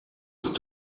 ist